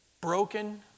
Broken